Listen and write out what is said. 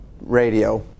radio